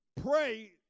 pray